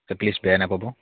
ত' please বেয়া নাপাব